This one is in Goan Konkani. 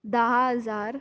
धा हजार